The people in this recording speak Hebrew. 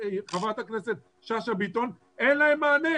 חברת הכנסת שאשא ביטון, אין להם מענה.